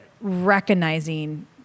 recognizing